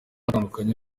atandukanye